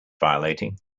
violating